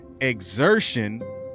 exertion